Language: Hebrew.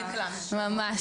ממש.